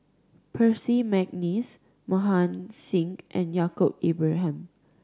Percy McNeice Mohan Singh and Yaacob Ibrahim